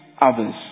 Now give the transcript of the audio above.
others